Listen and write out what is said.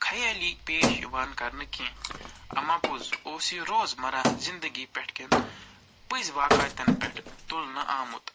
خیٲلی پیش یِوان کرنہٕ کیٚنٛہہ اَما پوٚز اوس یہِ روزمَرہ زندگی پٮ۪ٹھ کٮ۪ن پٔزۍ واقعاتَن پٮ۪ٹھ تُلنہٕ آمُت